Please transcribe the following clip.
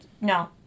no